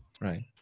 Right